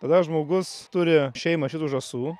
tada žmogus turi šeimą šitų žąsų